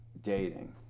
dating